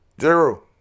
Zero